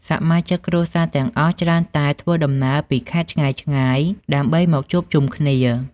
សមាជិកគ្រួសារទាំងអស់ច្រើនតែធ្វើដំណើរពីខេត្តឆ្ងាយៗ ដើម្បីមកជួបជុំគ្នា។